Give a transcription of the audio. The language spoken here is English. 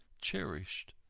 cherished